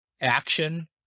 action